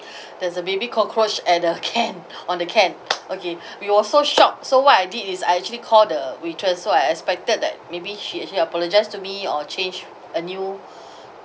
there's a baby cockroach at the can on the can okay we was so shock so what I did is I actually call the waitress so I expected that maybe she actually apologise to me or change a new